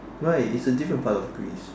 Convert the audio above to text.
why is a different part of Greece